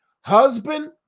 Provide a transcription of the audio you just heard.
husband